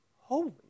holy